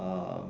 um